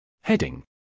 Heading